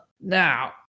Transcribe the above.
Now